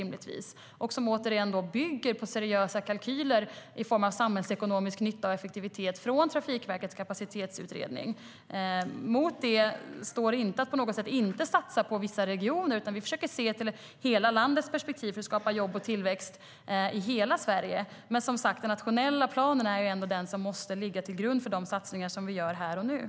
Återigen: Den bygger på seriösa kalkyler av samhällsekonomisk nytta och effektivitet från Trafikverkets kapacitetsutredning. Mot det står inte att på något sätt inte satsa på vissa regioner, utan vi försöker se till hela landets perspektiv för att skapa jobb och tillväxt i hela Sverige.